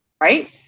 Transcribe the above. Right